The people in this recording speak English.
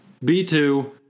B2